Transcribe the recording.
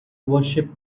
worship